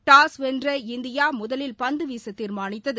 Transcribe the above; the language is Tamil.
டாஸ் வென்ற இந்தியா முதலில் பந்து வீச தீர்மானித்தாது